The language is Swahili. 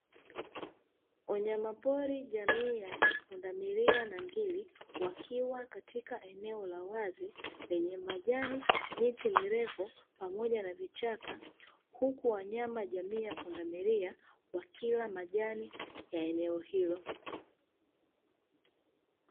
Wanyama pori jamii ya pundamilia na ngiri, wakiwa katika eneo la wazi lenye majani miti mirefu pamoja na vichaka huku wanyama jamii ya pundamilia wakila majani ya eneo hilo.